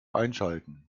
einschalten